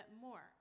more